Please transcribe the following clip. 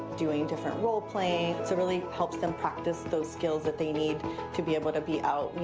doing different role playing to really help them practice those skills that they need to be able to be out,